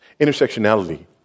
Intersectionality